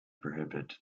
prohibit